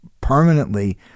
permanently